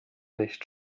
nicht